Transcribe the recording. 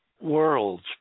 worlds